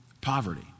Poverty